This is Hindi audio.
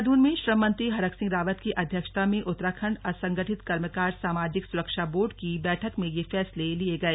देहरादून में श्रम मंत्री हरक सिंह रावत की अध्यक्षता में उत्तराखण्ड असंगठित कर्मकार सामाजिक सुरक्षा बोर्ड की बैठक में यह फैसले लिये गए